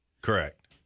Correct